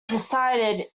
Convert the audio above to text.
decided